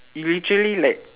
you literally like